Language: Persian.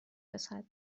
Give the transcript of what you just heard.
رسد